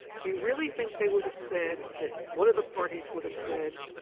do you really think they would have said that one of the parties would have said,